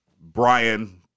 Brian